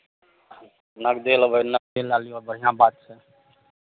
नगदे लेबै नगदे लए लियौ बढ़िआँ बात छै